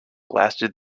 lasted